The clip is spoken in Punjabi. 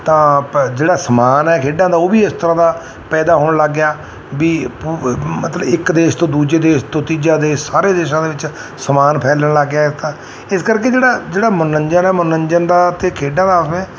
ਤਾਂ ਪ ਜਿਹੜਾ ਸਮਾਨ ਹੈ ਖੇਡਾਂ ਦਾ ਉਹ ਵੀ ਇਸ ਤਰ੍ਹਾਂ ਦਾ ਪੈਦਾ ਹੋਣ ਲੱਗ ਗਿਆ ਵੀ ਪੂ ਮਤਲਬ ਇੱਕ ਦੇਸ਼ ਤੋਂ ਦੂਜੇ ਦੇਸ਼ ਤੋਂ ਤੀਜਾ ਦੇਸ਼ ਸਾਰੇ ਦੇਸ਼ਾਂ ਦੇ ਵਿੱਚ ਸਮਾਨ ਫੈਲਣ ਲੱਗ ਗਿਆ ਹੈ ਤਾਂ ਇਸ ਕਰਕੇ ਜਿਹੜਾ ਜਿਹੜਾ ਮਨੋਰੰਜਨ ਹੈ ਮਨੋਰੰਜਨ ਦਾ ਤੇ ਖੇਡਾਂ ਦਾ ਆਪਸ ਮੇਂ